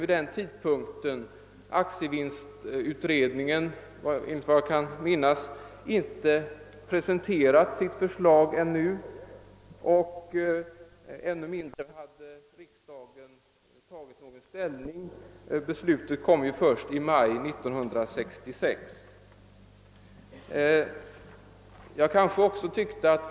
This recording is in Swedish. Vid denna tidpunkt hade nämligen aktievinstutredningen ännu inte presenterat sitt förslag. Ännu mindre hade riksdagen tagit någon ställning, eftersom dess beslut fattades först i maj 1966.